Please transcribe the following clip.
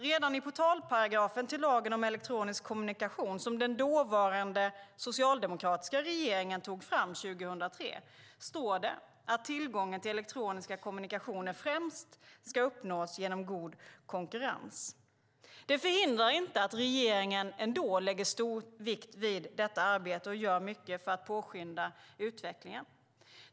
Redan i portalparagrafen till lagen om elektronisk kommunikation som den dåvarande socialdemokratiska regeringen tog fram 2003 står att tillgången till elektroniska kommunikationer främst ska uppnås genom god konkurrens. Det hindrar inte att regeringen ändå lägger stor vikt vid detta arbete och gör mycket för att påskynda utvecklingen.